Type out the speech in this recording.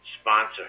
sponsor